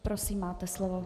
Prosím, máte slovo.